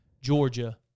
Georgia